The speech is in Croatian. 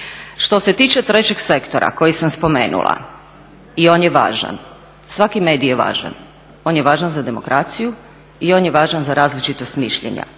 Što se tiče 3. sektora koji sam spomenula i on je važan, svaki medij je važan, on je važan za demokraciju i on je važan za različitost mišljenja,